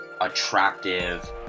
attractive